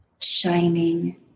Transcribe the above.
shining